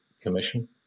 Commission